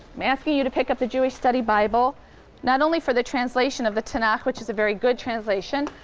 i'm asking you to pick up the jewish study bible not only for the translation of the tanakh, which is a very good translation,